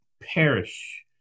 perish